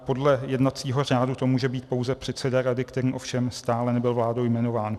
Podle jednacího řádu to může být pouze předseda rady, který ovšem stále nebyl vládou jmenován.